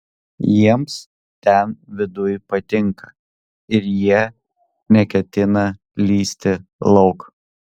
jiems ten viduj patinka ir jie neketina lįsti lauk